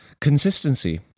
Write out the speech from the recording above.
Consistency